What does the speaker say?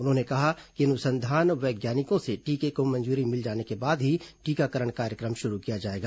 उन्होंनेकहा कि अनुसंधान वैज्ञानिकों से टीके को मंजूरी मिल जाने के बाद ही टीकाकरण कार्यक्रम शुरू किया जायेगा